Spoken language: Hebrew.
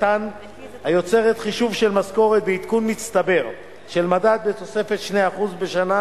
היוצרת חישוב של משכורת בעדכון מצטבר של מדד בתוספת 2% בשנה,